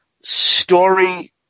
story